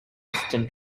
western